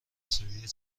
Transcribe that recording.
سوری